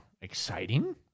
exciting